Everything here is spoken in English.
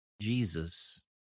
Jesus